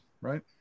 Right